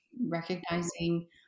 recognizing